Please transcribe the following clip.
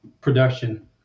production